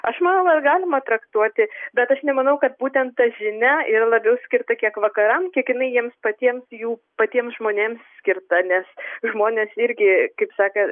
aš manaukad galima traktuoti bet aš nemanau kad būtent ta žinia yra labiau skirta kiek vakarams kiekvienai jiems patiems jų patiems žmonėms skirta nes žmonės irgi kaip sakant